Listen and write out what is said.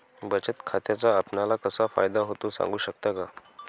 बचत खात्याचा आपणाला कसा फायदा होतो? सांगू शकता का?